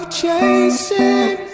chasing